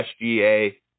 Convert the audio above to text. SGA